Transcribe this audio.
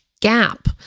Gap